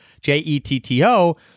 J-E-T-T-O